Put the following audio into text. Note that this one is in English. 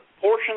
portion